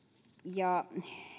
ja